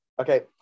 Okay